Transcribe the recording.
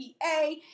PA